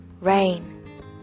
Rain